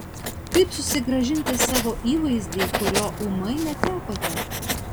kaip susigrąžinti savo įvaizdį kurio ūmai netekote